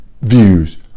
views